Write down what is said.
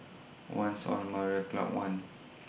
one's on Marina Club one